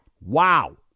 wow